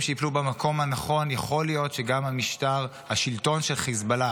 שייפלו במקום הנכון יכול להיות שגם השלטון של חיזבאללה,